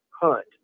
hunt